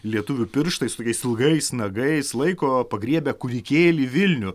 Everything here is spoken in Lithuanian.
lietuvių pirštai su tokiais ilgais nagais laiko pagriebę kūdikėlį vilnių